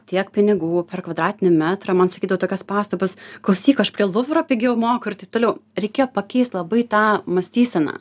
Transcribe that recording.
tiek pinigų per kvadratinį metrą man sakydavo tokias pastabas klausyk aš prie luvro pigiau moku ir taip toliau reikėjo pakeist labai tą mąstyseną